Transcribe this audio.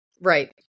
Right